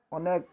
ଅନେକ୍